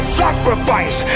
sacrifice